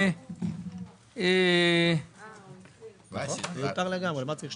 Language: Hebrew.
אני פותח את